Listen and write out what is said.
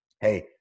Hey